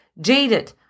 jaded